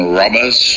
robbers